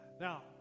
Now